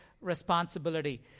responsibility